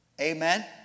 Amen